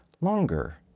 longer